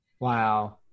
Wow